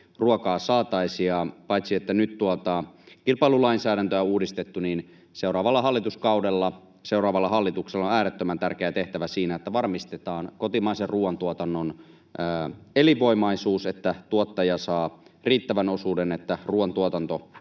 ruokaa saataisi. Paitsi että nyt tuota kilpailulainsäädäntöä on uudistettu, niin seuraavalla hallituskaudella seuraavalla hallituksella on äärettömän tärkeä tehtävä siinä, että varmistetaan kotimaisen ruuantuotannon elinvoimaisuus, että tuottaja saa riittävän osuuden, että ruuantuotanto